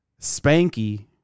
Spanky